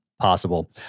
possible